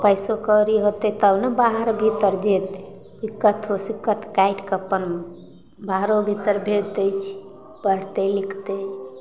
पैसो कौड़ी होतै तब ने बाहर भीतर जेतै दिक्कतो सिक्कत काटि कऽ अपन बाहरो भीतर भेज दै छी पढ़तै लिखतै